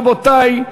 רבותי,